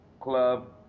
club